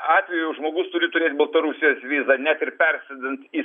atveju žmogus turi turėt baltarusijos vizą net ir persodint į